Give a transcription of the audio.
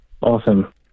Awesome